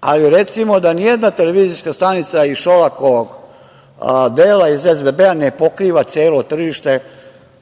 ali recimo da ni jedna televizijska stanica iz Šolakovog dela iz SBB-a ne pokriva celo tržište,